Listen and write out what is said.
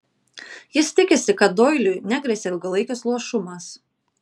jis tikisi kad doiliui negresia ilgalaikis luošumas